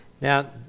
Now